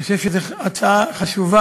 אני חושב שזו הצעה חשובה.